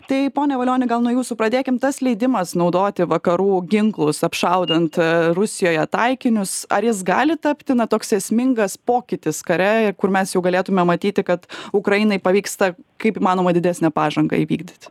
tai pone valioni gal nuo jūsų pradėkim tas leidimas naudoti vakarų ginklus apšaudant rusijoje taikinius ar jis gali tapti na toks esmingas pokytis kare kur mes jau galėtumėme matyti kad ukrainai pavyksta kaip įmanoma didesnę pažangą įvykdyt